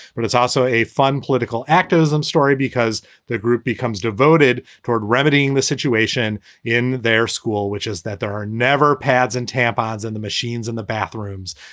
but it's also a fun political activism story because the group becomes devoted toward remedying the situation in their school, which is that there are never pads and tampons in the machines, in the bathrooms.